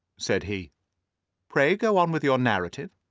said he pray go on with your narrative.